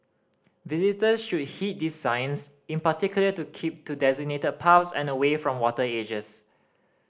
visitor should heed these signs in particular to keep to designated paths and away from water edges